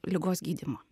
ligos gydymo